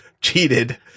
cheated